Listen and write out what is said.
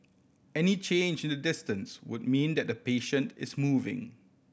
any change in the distance would mean that the patient is moving